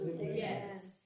Yes